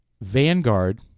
Vanguard